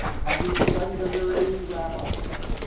hasn't studied under any rabbis,